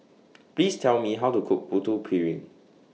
Please Tell Me How to Cook Putu Piring